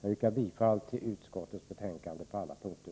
Jag yrkar bifall till utskottets hemställan på alla punkter.